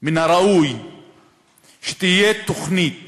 מן הראוי שתהיה תוכנית